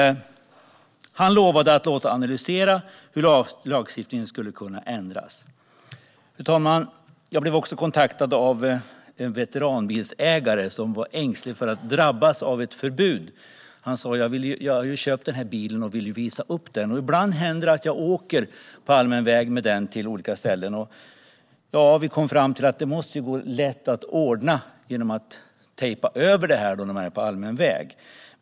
Han lovade att låta analysera hur lagstiftningen skulle kunna ändras. Fru talman! Jag blev kontaktad av en veteranbilsägare som var ängslig för att drabbas av ett förbud. Han sa: Jag har köpt den här bilen. Jag vill ju visa upp den, och ibland händer det att jag åker på allmän väg med den till olika ställen. Vi kom fram till att det måste vara lätt att ordna genom att tejpa över polisdekalerna när man är på allmän väg.